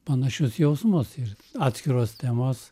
panašius jausmus ir atskiros temos